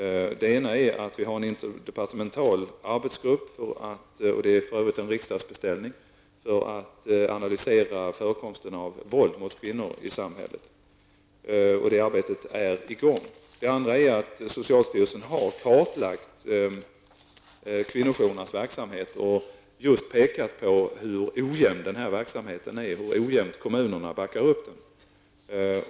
Den ena är att vi har en interdepartemental arbetsgrupp, som tillkommit på en riksdagsbeställning, för att analysera förekomsten av våld mot kvinnor. Det arbetet är i gång. Det andra är att socialstyrelsen har kartlagt kvinnojourernas verksamhet och just pekat på hur ojämn verksamheten är och hur ojämnt kommunerna backar upp den.